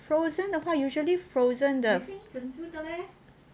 frozen 的话 usually frozen 的